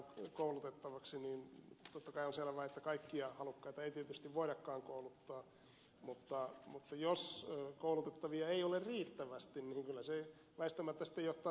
totta kai on selvää että kaikkia halukkaita ei tietysti voidakaan kouluttaa mutta jos koulutettavia ei ole riittävästi niin kyllä se väistämättä sitten johtaa työvoimapulaan